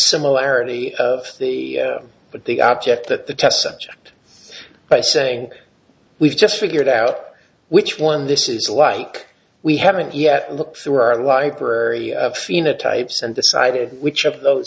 similarity of the but the object that the test subject by saying we've just figured out which one this is like we haven't yet look through our library phenotypes and decided which of those